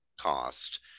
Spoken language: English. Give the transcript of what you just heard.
cost